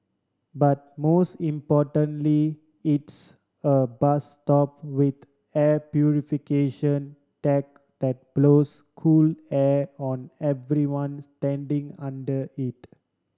but most importantly it's a bus stop with air purification tech that blows cool air on everyone standing under it